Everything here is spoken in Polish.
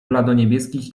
bladoniebieskich